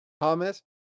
Thomas